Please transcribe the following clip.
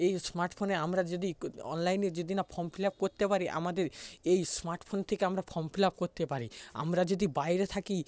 এই স্মার্টফোনে আমরা যদি ক অনলাইনে যদি না ফর্ম ফিল আপ করতে পারি আমাদের এই স্মার্টফোন থেকে আমরা ফর্ম ফিল আপ করতে পারি আমরা যদি বাইরে থাকি